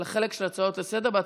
לחלק של ההצעות לסדר-היום.